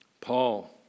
Paul